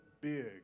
big